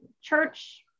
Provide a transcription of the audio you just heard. church